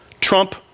trump